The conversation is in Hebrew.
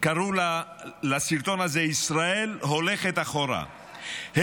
קראו לסרטון הזה: ישראל הולכת אחורה.